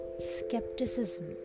skepticism